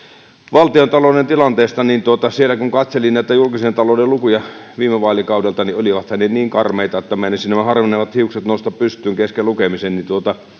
valtiontalouden tilanteesta ja sieltä kun katselin näitä julkisen talouden lukuja viime vaalikaudelta niin olivathan ne niin karmeita että meinasivat nämä harvenevat hiukset nousta pystyyn kesken lukemisen joten